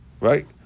Right